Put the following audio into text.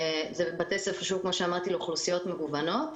אלה בתי ספר לאוכלוסיות מגוונות,